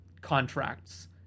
contracts